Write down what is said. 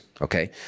okay